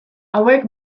hauek